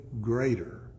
greater